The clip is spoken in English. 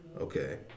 Okay